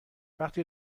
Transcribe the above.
وقتی